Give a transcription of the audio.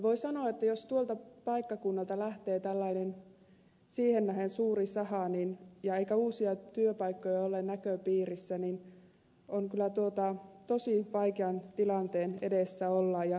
voi sanoa että jos tuolta paikkakunnalta lähtee tällainen siihen nähden suuri saha eikä uusia työpaikkoja ole näköpiirissä niin kyllä tosi vaikean tilanteen edessä ollaan